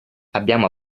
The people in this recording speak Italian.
abbiamo